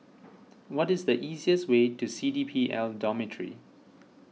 what is the easiest way to C D P L Dormitory